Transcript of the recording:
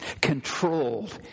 Controlled